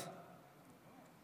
בעבר,